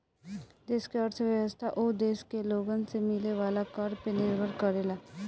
देश के अर्थव्यवस्था ओ देश के लोगन से मिले वाला कर पे निर्भर करेला